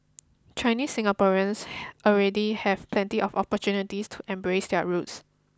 Chinese Singaporeans have already have plenty of opportunities to embrace their roots